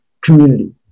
community